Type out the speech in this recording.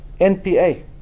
NPA